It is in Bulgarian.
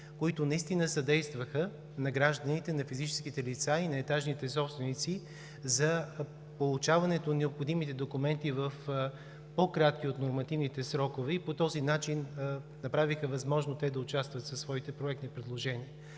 които наистина съдействаха на гражданите, на физическите лица и на етажните собственици за получаването на необходимите документи в по-кратки от нормативните срокове и по този начин направиха възможно те да участват със своите проектни предложения.